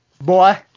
Boy